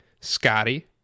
Scotty